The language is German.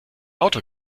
auto